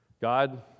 God